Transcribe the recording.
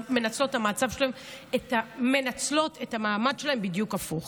מנצלות את המעמד שלהן בדיוק הפוך.